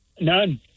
None